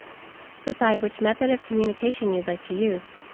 decide which method of communication you'd like to use.